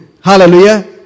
Hallelujah